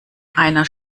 einer